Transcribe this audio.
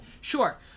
sure